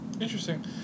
Interesting